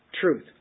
truth